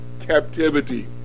captivity